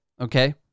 okay